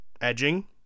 edging